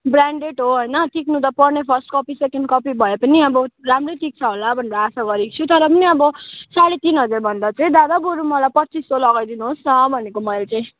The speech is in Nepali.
ब्रान्डेड हो होइन टिक्नु त पर्ने फर्स्ट कपी सेकेन्ड कपी भए पनि अब राम्रै टिक्छ होला भनेर आशा गरेको छु तर पनि अब साढे तिन हजार भन्दा चाहिँ दादा बरू मलाई पच्चिस सौ लगाइदिनु होस् न भनेको मैले चाहिँ